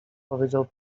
powiedział